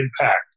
impact